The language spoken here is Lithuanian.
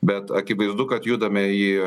bet akivaizdu kad judame į